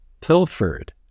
pilfered